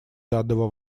данного